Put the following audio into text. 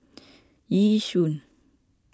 Yishun